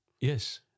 Yes